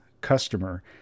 customer